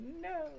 No